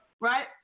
right